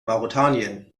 mauretanien